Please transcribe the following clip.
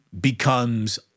becomes